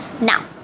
Now